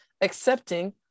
accepting